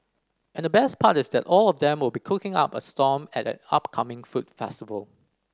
and the best part is that all of them will be cooking up a storm at an upcoming food festival